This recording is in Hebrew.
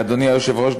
אדוני היושב-ראש,